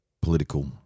political